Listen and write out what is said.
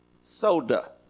Soda